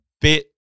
bit